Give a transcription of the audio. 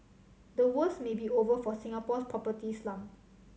the worst may be over for Singapore's property slump